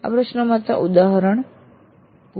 આ પ્રશ્નો માત્ર ઉદાહરણ પૂરતા છે